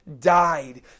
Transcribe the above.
died